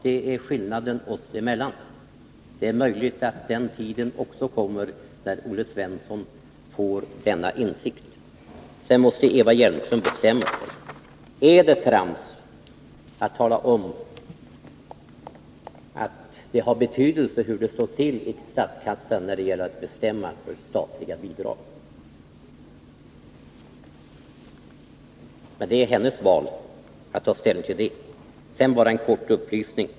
Det är skillnaden oss emellan. Det är möjligt att den tiden kommer när också Olle Svensson får denna insikt. Eva Hjelmström måste bestämma sig. Är det nödvändigt att tala om att det har betydelse hur det står till i statskassan när det gäller att bestämma de statliga bidragen? Men det är hennes val att ta ställning till det. Sedan kan jag ge en kort upplysning.